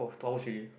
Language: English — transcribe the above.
oh two hours already